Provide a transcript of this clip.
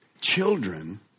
children